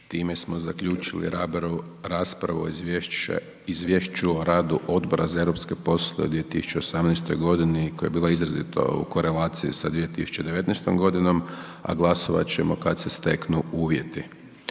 Time smo zaključili raspravu o Izvješću o radu odbora za europske poslove u 2018. godini koje je bila izrazito u korelaciji sa 2019. godini, a glasovat ćemo kad se steknu uvjeti.